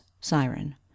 siren